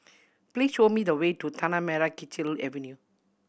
please show me the way to Tanah Merah Kechil Avenue